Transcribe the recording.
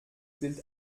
bild